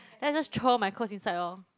then I just throw all my clothes inside lor